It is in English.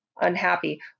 unhappy